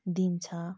दिन्छ